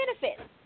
benefits